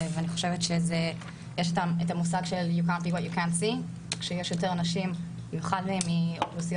אני חושבת כשיש יותר אנשים במיוחד מאוכלוסיות